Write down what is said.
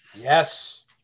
Yes